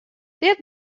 dit